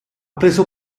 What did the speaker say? preso